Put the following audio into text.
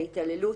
ההתעללות.